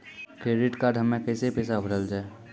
Credit card हम्मे कैसे पैसा भरल जाए?